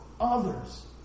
others